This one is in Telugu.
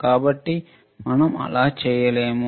కాబట్టి మనం అలా చేయలేము